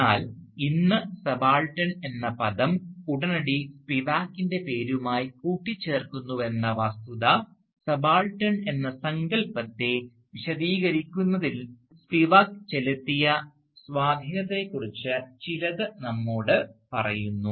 എന്നാൽ ഇന്ന് സബാൾട്ടൻ എന്ന പദം ഉടനടി സ്പിവാക്കിൻറെ പേരുമായി കൂട്ടിച്ചേർക്കുന്നുവെന്ന വസ്തുത സബാൾട്ടൻ എന്ന സങ്കല്പത്തെ വിശദീകരിക്കുന്നതിൽ സ്പിവാക്ക് ചെലുത്തിയ സ്വാധീനത്തെക്കുറിച്ച് ചിലത് നമ്മോട് പറയുന്നു